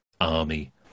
army